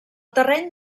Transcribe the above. terreny